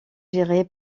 gérée